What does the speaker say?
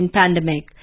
pandemic